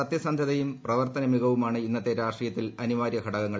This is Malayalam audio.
സത്യസന്ധതയും പ്രവർത്തന മികവുമാണ് ഇന്നത്തെ രാഷ്ട്രീയത്തിൽ അനിവാരൃ ഘടകങ്ങൾ